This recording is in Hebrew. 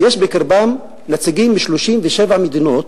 יש בקרבם נציגים מ-37 מדינות,